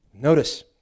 notice